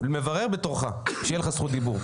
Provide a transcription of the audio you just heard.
תברר בתורך, כשתהיה לך זכות דיבור.